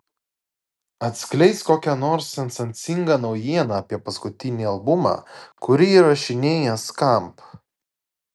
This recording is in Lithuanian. atskleisk kokią nors sensacingą naujieną apie paskutinį albumą kurį įrašinėja skamp